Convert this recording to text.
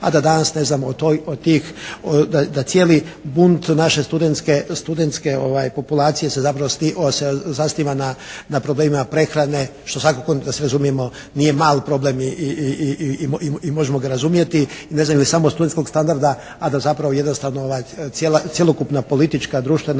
a da danas ne znamo da cijeli bunt naše studentske populacije se zapravo zasniva na problemima prehrane što svakako da se razumije nije mali problem i možemo ga razumjeti …/Govornik se ne razumije./… studentskog standarda a da zapravo jednostavno ova cjelokupna politička, društvena,